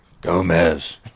Gomez